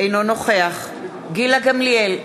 אינו נוכח גילה גמליאל,